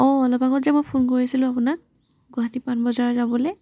অঁ অলপ আগত যে মই ফোন কৰিছিলোঁ আপোনাক গুৱাহাটী পাণ বজাৰ যাবলৈ